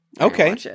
okay